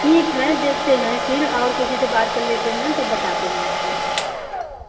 ठीक है देखते हैं फिर और किसी से बात कर लेते हैं तब बताते हैं आपको